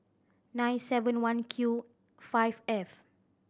nine seven one Q five F